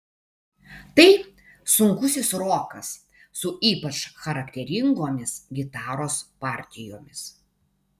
tai sunkusis rokas su ypač charakteringomis gitaros partijomis